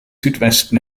südwesten